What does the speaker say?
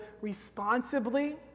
responsibly